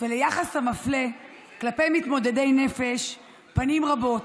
וליחס המפלה כלפי מתמודדי נפש, פנים רבות.